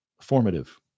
formative